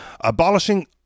Abolishing